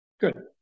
Good